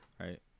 Right